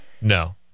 No